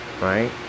Right